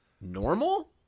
normal